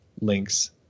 links